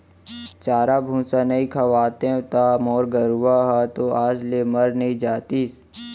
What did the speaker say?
चारा भूसा नइ खवातेंव त मोर गरूवा ह तो आज ले मर नइ जातिस